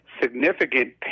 significant